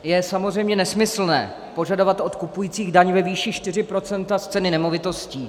Je samozřejmě nesmyslné požadovat od kupujících daň ve výši 4 % z ceny nemovitosti.